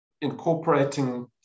incorporating